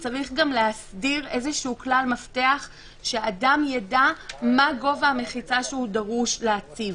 יש להסדיר כלל מפתח שאדם יידע מה גובה המחיצה שהוא דרוש להציב.